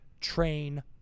train